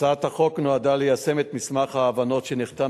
הצעת החוק נועדה ליישם את מסמך ההבנות שנחתם